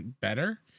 better